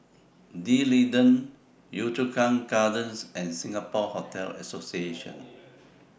D'Leedon Yio Chu Kang Gardens and Singapore Hotel Association